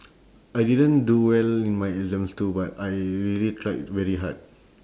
I didn't do well in my exams too but I really tried very hard